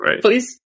Please